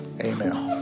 amen